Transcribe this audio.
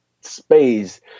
space